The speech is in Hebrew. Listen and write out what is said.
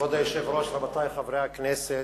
כבוד היושב-ראש, רבותי חברי הכנסת,